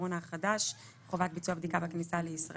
הקורונה החדש (הוראת שעה) (חובת ביצוע בדיקה בכניסה לישראל),